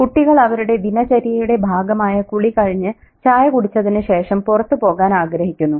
കുട്ടികൾ അവരുടെ ദിനചര്യയുടെ ഭാഗമായ കുളി കഴിഞ്ഞു ചായ കുടിച്ചതിനു ശേഷം പുറത്തുപോകാൻ ആഗ്രഹിക്കുന്നു